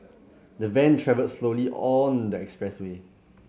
the van travelled slowly on the expressway